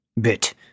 Bit